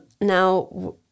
Now